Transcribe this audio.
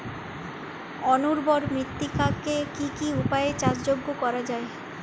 অনুর্বর মৃত্তিকাকে কি কি উপায়ে চাষযোগ্য করা যায়?